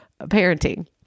parenting